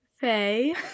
Faye